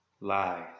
Lies